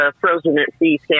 frozen-at-sea